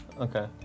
Okay